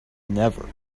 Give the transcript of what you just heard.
never